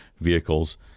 vehicles